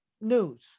news